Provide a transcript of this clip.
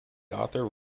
author